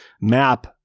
map